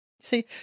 See